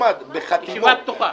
ישיבה פתוחה.